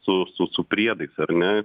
su su su priedais ar ne